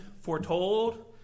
foretold